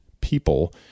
people